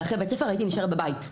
אחרי בית הספר הייתי נשארת בבית,